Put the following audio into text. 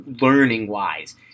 learning-wise